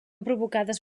provocades